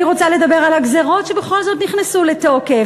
אני רוצה לדבר על הגזירות שבכל זאת נכנסו לתוקף,